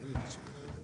אתם מקרבים אותנו לקץ.